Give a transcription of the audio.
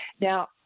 Now